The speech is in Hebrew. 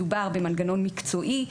מדובר במנגנון מקצועי.